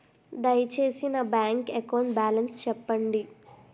దయచేసి నా bank account balance చెప్పండి